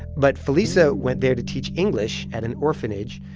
but felisa went there to teach english at an orphanage,